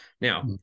Now